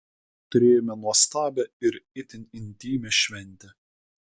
turėjome nuostabią ir itin intymią šventę